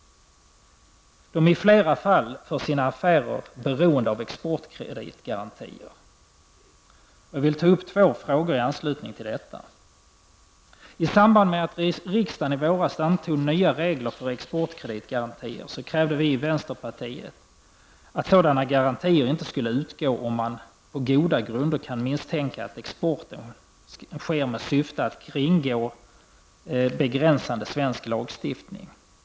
De är i flera fall för sina affärer beroende av exportkreditgarantier. Jag vill ta upp två frågor i anslutning till detta: I samband med att riksdagen i våras antog nya regler för exportkreditgarantier krävde vi i vänsterpartiet att sådana garantier inte skulle utgå om man på goda grunder kan misstänka att exporten sker med syfte att kringgå begränsande svensk lagstiftning.